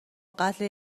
قتل